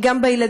היא גם בילדים.